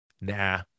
nah